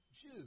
Jew